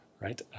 right